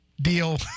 deal